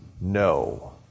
no